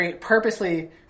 purposely